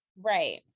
right